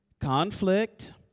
Conflict